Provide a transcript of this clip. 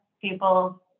people